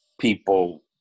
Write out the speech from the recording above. people